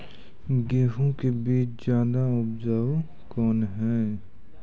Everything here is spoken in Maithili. गेहूँ के बीज ज्यादा उपजाऊ कौन है?